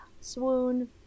swoon